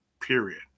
period